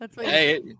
Hey